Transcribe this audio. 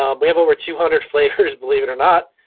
um we have over two hundred flavors, believe it or not,